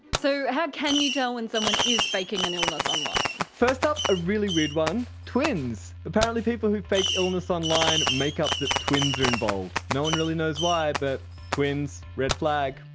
so how can you tell when someone is faking an illness online? first up a really weird one twins. apparently people who fake illness online make up that twins are involved. no one really knows why, but twins. red flag.